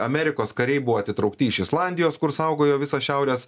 amerikos kariai buvo atitraukti iš islandijos kur saugojo visą šiaurės